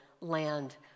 land